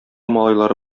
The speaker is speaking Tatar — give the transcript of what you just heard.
малайлары